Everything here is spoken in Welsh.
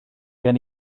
gen